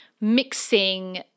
mixing